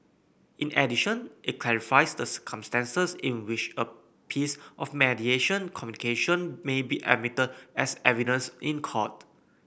in addition it clarifies the circumstances in which a piece of mediation communication may be admitted as evidence in court